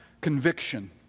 conviction